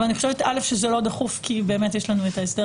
אני חושבת שזה לא דחוף כי באמת יש לנו את ההסדר